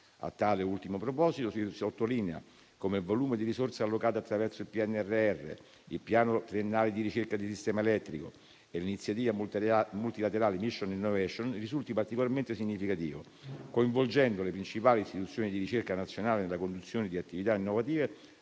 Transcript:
A tale ultimo proposito, si sottolinea come il volume di risorse allocate attraverso il PNRR, il Piano triennale della ricerca e di sistema elettrico e l'iniziativa multilaterale Mission Innovation risulti particolarmente significativo, coinvolgendo le principali istituzioni di ricerca nazionali nella conduzione di attività innovative